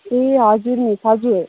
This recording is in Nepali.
ए हजुर मिस हजुर